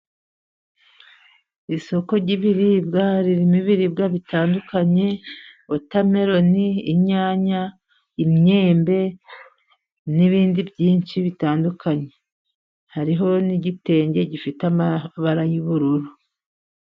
Isoko ry'ibiribwa ririmo ibiribwa bitandukanye, wotameloni, inyanya ,imyembe ,n'ibindi byinshi bitandukanye, hariho n'igitenge gifite amabara y'ubururu.